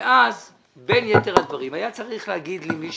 ובין יתר הדברים היה צריך להגיד לי מי